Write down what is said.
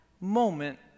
moment